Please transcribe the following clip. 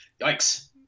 yikes